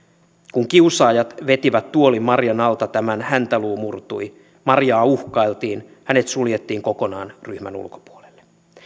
kun kiusaajat vetivät tuolin marian alta tämän häntäluu murtui mariaa uhkailtiin hänet suljettiin kokonaan ryhmän ulkopuolelle